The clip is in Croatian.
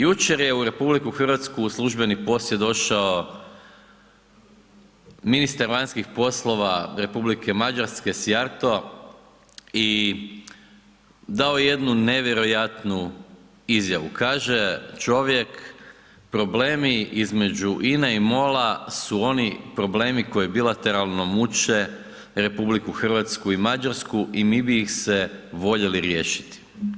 Jučer je u RH u službeni posjet došao ministar vanjskih poslova Republike Mađarske Sijarto i dao je jednu nevjerojatnu izjavu, kaže čovjek problemi između INA-e i MOL-a su oni problemi koji bilateralno muče RH i Mađarsku i mi bi ih se voljeli riješiti.